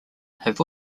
have